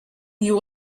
you